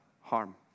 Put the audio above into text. harm